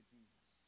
Jesus